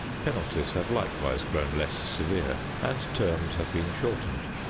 penalties have likewise grown less severe and terms have been shortened,